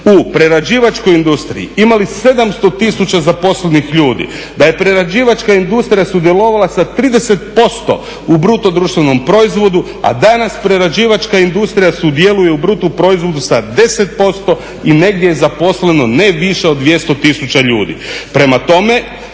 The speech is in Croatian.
u prerađivačkoj industriji imali 700 tisuća zaposlenih ljudi, da je prerađivačka industrija sudjelovala sa 30% u BDP-u, a danas prerađivačka industrija sudjeluje u BDP-u sa 10% i negdje je zaposleno ne više od 200 tisuća ljudi. Prema tome,